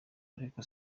ariko